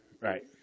Right